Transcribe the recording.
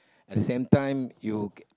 at same time you c~